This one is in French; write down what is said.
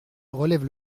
relève